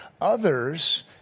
Others